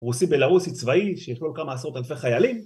רוסי בלרוסי צבאי שיש לו כמה עשרות אלפי חיילים